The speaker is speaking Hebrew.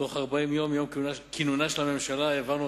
בתוך 40 יום מיום כינונה של הממשלה העברנו,